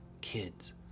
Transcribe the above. kids